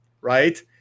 right